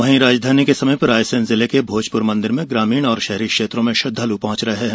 वहीं राजधानी के समीप रायसेन जिले के भोजपुर मंदिर में ग्रामीण और शहरी क्षेत्रों से श्रद्धाल पहंच रहे हैं